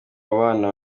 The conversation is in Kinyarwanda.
abana